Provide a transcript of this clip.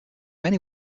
many